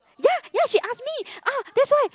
ya ya she ask me ah that's why